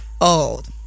old